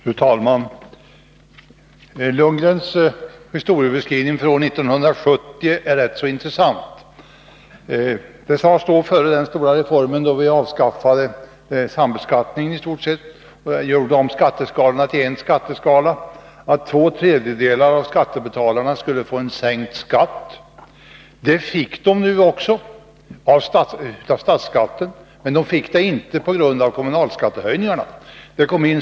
Fru talman! Bo Lundgrens historiebeskrivning från 1970 är rätt intressant. Det sades före den stora reform då vi i stort sett avskaffade sambeskattningen, och gjorde om skatteskalorna till en skatteskala, att två tredjedelar av skattebetalarna skulle få sänkt skatt. Det fick de också — då det gällde statsskatten. Men de fick det inte totalt sett, på grund av kommunalskattehöjningarna.